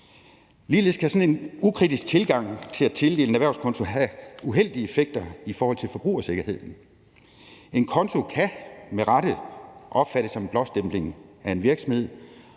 Ligeledes kan en ukritisk tilgang til at tildele en erhvervskonto have uheldige effekter i forhold til forbrugersikkerheden. En konto kan med rette opfattes som en blåstempling af en virksomhed